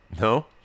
No